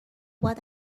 what